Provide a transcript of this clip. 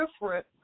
different